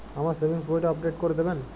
আমার সেভিংস বইটা আপডেট করে দেবেন?